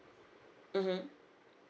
mmhmm